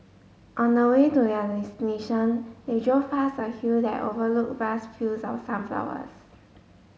on the way to their destination they drove past a hill that overlooked vast fields of sunflowers